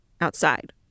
outside